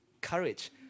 courage